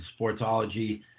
Sportsology